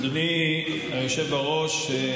אדוני היושב בראש,